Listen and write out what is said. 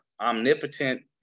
omnipotent